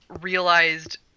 realized